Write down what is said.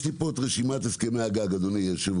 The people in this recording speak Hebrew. יש לי פה את רשימת הסכמי הגג, אדוני היו"ר.